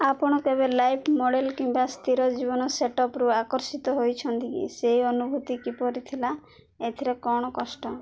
ଆପଣ କେବେ live model କିମ୍ବା ସ୍ଥିର ଜୀବନ ସେଟଅପରୁ ଆକର୍ଷିତ ହୋଇଛନ୍ତି କି ସେଇ ଅନୁଭୂତି କିପରି ଥିଲା ଏଥିରେ କ'ଣ କଷ୍ଟ